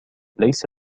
ليس